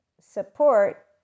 support